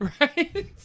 right